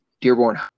Dearborn